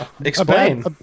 Explain